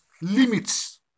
limits